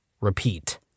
Repeat